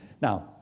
Now